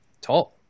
Tall